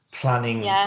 planning